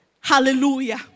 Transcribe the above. Hallelujah